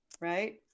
Right